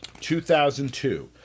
2002